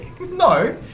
No